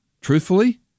truthfully